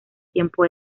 tiempo